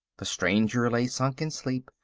the stranger lay sunk in sleep.